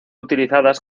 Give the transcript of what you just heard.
utilizadas